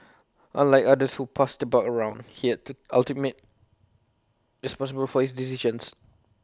unlike others who passed the buck around he had to ultimate responsibility for his decisions